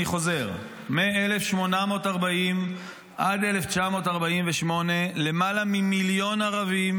אני חוזר: מ-1840 עד 1948 למעלה ממיליון ערבים,